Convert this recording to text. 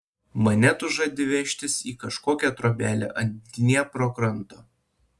mane tu žadi vežtis į kažkokią trobelę ant dniepro kranto